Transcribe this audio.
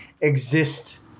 exist